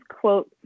quote